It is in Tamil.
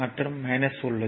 மற்றும் உள்ளது